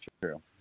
true